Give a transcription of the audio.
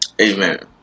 amen